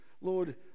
Lord